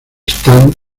stand